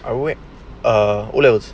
I went err what else